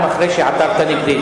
אחרי שעתרת נגדי.